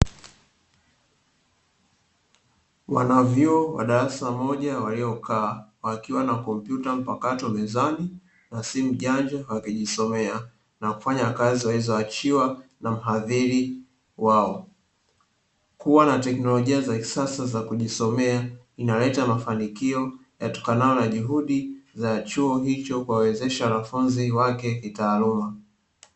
Wanavyuo wa darasa moja waliokaa wakiwa na kompyuta mpakato mezani na simu janja wakijisomea na kufanya kazi walizoachiwa na mhadhiri wao. Kua na teknolojia za kisasa za kujisomea inaleta mafanikio yatokanayo na juhudi za chuo hicho kuwawezesha wanafunzi wake kitaaluma.